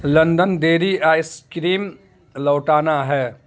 London dairy ice cream لوٹانا ہے